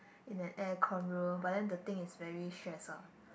in the aircon room but then the thing is very stress ah